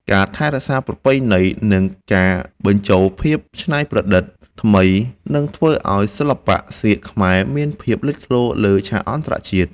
ការថែរក្សាប្រពៃណី និង ការបញ្ចូលភាពច្នៃប្រឌិតថ្មីនឹងធ្វើឱ្យសិល្បៈសៀកខ្មែរមានភាពលេចធ្លោលើឆាកអន្តរជាតិ។